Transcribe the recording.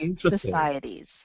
societies